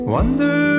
Wonder